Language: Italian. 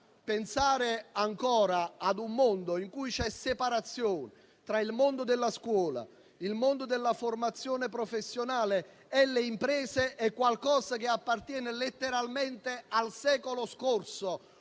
Pensare ancora a un mondo in cui c'è separazione tra il mondo della scuola, il mondo della formazione professionale e le imprese è qualcosa che appartiene letteralmente al secolo scorso.